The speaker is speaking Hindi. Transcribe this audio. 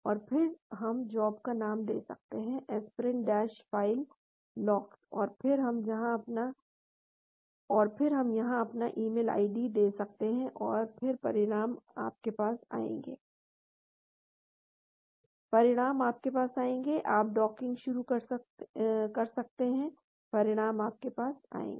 और फिर हम जॉब का नाम दे सकते हैं एस्पिरिन डैश फाइल lox और फिर हम यहां अपना ईमेल आईडी दे सकते हैं और फिर परिणाम आपके पास आएंगे परिणाम आपके पास आएंगे आप डॉकिंग शुरू कर सकते हैं परिणाम आपके पास आएंगे